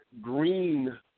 green